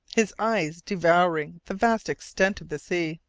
his eyes devouring the vast extent of the sea.